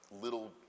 little